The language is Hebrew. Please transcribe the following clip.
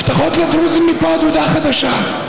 הבטחות לדרוזים מפה ועד הודעה חדשה.